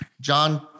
John